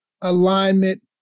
alignment